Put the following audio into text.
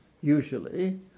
usually